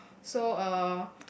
so uh